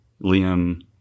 Liam